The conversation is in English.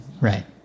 Right